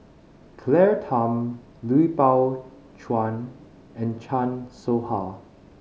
Claire Tham Lui Pao Chuen and Chan Soh Ha